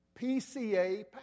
PCA